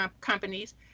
companies